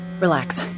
Relax